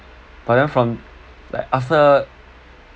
but then from after